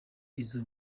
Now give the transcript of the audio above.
izo